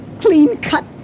Clean-cut